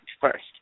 first